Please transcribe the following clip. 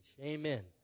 Amen